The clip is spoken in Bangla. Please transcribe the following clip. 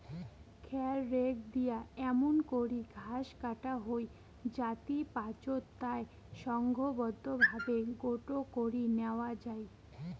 খ্যার রেক দিয়া এমুন করি ঘাস কাটা হই যাতি পাচোত তায় সংঘবদ্ধভাবে গোটো করি ন্যাওয়া যাই